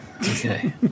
Okay